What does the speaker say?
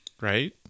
Right